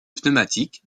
pneumatiques